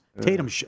Tatum